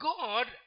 God